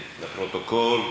לפרוטוקול,